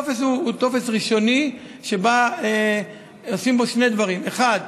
הטופס הוא טופס ראשוני שעושים בו שני דברים: האחד,